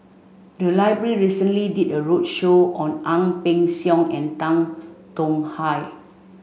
the library recently did a roadshow on Ang Peng Siong and Tan Tong Hye